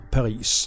Paris